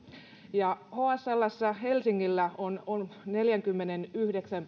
ja hslssä helsingillä on on neljänkymmenenyhdeksän